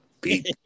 beat